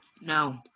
No